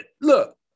look